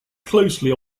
closely